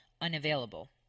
unavailable